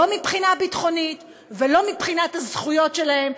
לא מבחינה ביטחונית ולא מבחינת הזכויות שלהם,